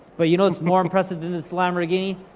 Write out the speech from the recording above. but you know what's more impressive than this lamborghini,